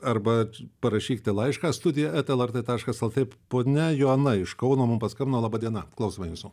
arba parašykite laišką studija eta lrt taškas lt ponia joana iš kauno mum paskambino laba diena klausome jūsų